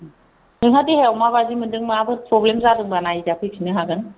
नोंहा देहायाव माबायदि मोनदों माबाफोर फ्रब्लेम जादोंबा नायजा फैफिननो हागोन